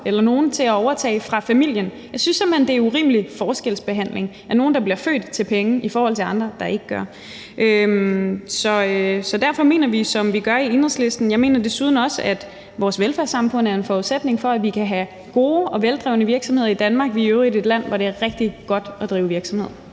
eller nogen til at overtage fra familien. Jeg synes simpelt hen, det er en urimelig forskelsbehandling af nogle, der bliver født til penge, i forhold til andre, der ikke gør. Så derfor mener vi, som vi gør, i Enhedslisten. Jeg mener desuden også, at vores velfærdssamfund er en forudsætning for, at vi kan have gode og veldrevne virksomheder i Danmark, og vi er i øvrigt et land, hvor det er rigtig godt at drive virksomhed.